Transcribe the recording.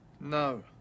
No